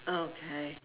okay